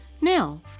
Now